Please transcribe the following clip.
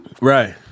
right